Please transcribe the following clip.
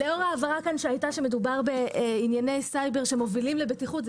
לאור ההבהרה שהייתה שמדובר בענייני סייבר שמובילים לבטיחות,